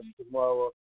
tomorrow